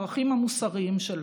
הערכים המוסריים שלנו.